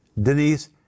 Denise